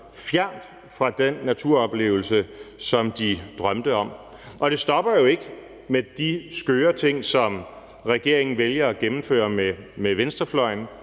fjernt fra den naturoplevelse, som de drømte om. Og det stopper jo ikke engang med de skøre ting, som regeringen vælger at gennemføre med venstrefløjen